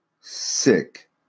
Sick